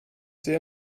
sehr